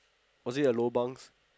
was it a lobang